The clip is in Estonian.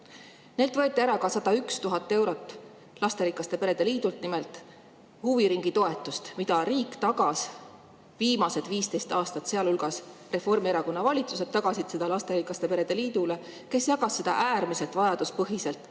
Neilt võeti ära ka 101 000 eurot – lasterikaste perede liidult – huviringitoetust, mida riik [oli maksnud] viimased 15 aastat. Sealhulgas Reformierakonna valitsused [maksid] seda lasterikaste perede liidule, kes jagas seda [raha] äärmiselt vajaduspõhiselt